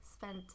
spent